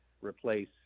replace